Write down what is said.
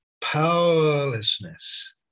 powerlessness